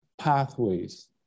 pathways